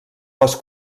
les